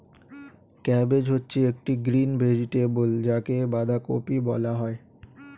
cabbage হচ্ছে একটি green vegetable যাকে বাঁধাকপি বলা হয়